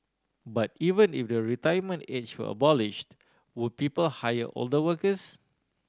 but even if the retirement age were abolished would people hire older workers